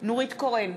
נורית קורן,